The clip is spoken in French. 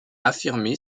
affirmer